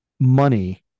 money